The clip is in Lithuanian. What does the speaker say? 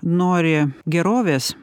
nori gerovės